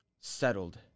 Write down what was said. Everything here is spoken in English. settled